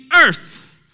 earth